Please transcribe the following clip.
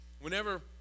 Whenever